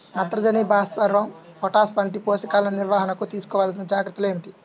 నత్రజని, భాస్వరం, పొటాష్ వంటి పోషకాల నిర్వహణకు తీసుకోవలసిన జాగ్రత్తలు ఏమిటీ?